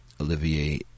Olivier